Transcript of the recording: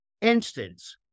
instance